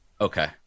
Okay